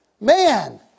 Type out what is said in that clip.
Man